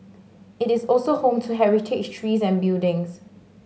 it is also home to heritage trees and buildings